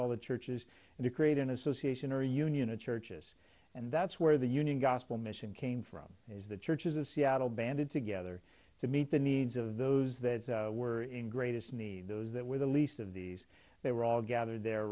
all the churches and to create an association or a union a churches and that's where the union gospel mission came from is the churches of seattle banded together to meet the needs of those that were in greatest need those that were the least of these they were all gathered there